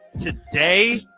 today